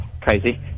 crazy